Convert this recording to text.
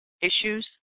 issues